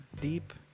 deep